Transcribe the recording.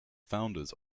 founders